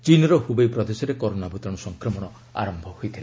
ଚୀନ୍ର ହୁବେଇ ପ୍ରଦେଶରେ କରୋନା ଭୂତାଣୁ ସଂକ୍ରମଣ ଆରମ୍ଭ ହୋଇଥିଲା